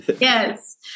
Yes